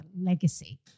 legacy